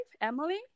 Emily